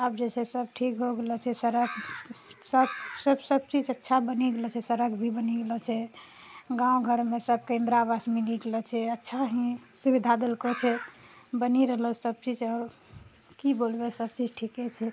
आब जे छै सब ठीक हो गेलौं छै सड़क सब सब चीज अच्छा बनी गेलौं छै सड़क भी बनी गेलौं छै गाँव घरमे सबके इन्दिरा आवास मिली गेलौं छै अच्छा ही सुविधा देलकौं छै बनी रहलौं छै सब चीज की बोलबे सब चीज ठीके छै